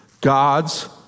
God's